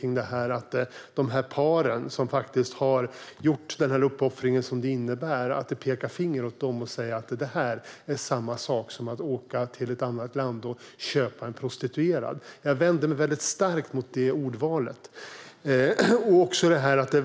Ni pekar finger åt de par som har gjort denna uppoffring och säger att det är samma sak som att åka till ett annat land och köpa en prostituerad. Jag vänder mig väldigt starkt mot det ordvalet.